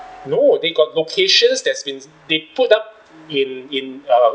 no they got locations that's been they put up in in uh